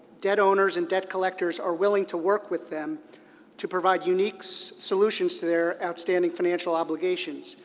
debt owners and debt collectors are willing to work with them to provide unique so solutions to their outstanding financial obligations.